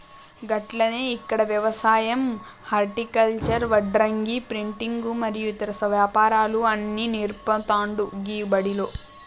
గట్లనే ఇక్కడ యవసాయం హర్టికల్చర్, వడ్రంగి, ప్రింటింగు మరియు ఇతర వ్యాపారాలు అన్ని నేర్పుతాండు గీ బడిలో